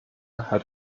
hat